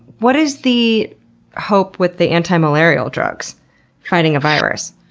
what is the hope with the anti-malarial drugs fighting a virus?